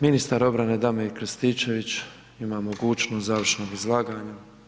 Ministar obrane Damir Krstičević ima mogućnost završnog izlaganja.